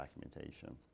documentation